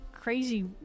crazy